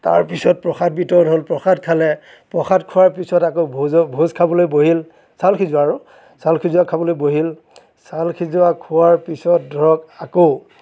তাৰ পিছত প্ৰসাদ বিতৰণ হ'ল প্ৰসাদ খালে প্ৰসাদ খোৱাৰ পিছত আকৌ ভোজৰ ভোজ খাবলৈ বহিল চাউল সিজোৱা আৰু চাউল সিজোৱা খাবলৈ বহিল চাউল সিজোৱা খোৱাৰ পিছত ধৰক আকৌ